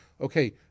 okay